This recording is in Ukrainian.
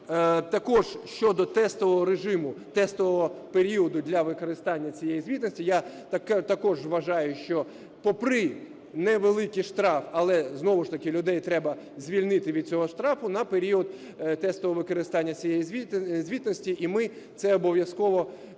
також щодо тестового режиму, тестового періоду для використання цієї звітності, я також вважаю, що попри невеликий штраф, але знову ж таки людей треба звільнити від цього штрафу на період тестового використання цієї звітності. І ми це обов'язково запропонуємо